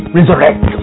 resurrect